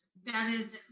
that is,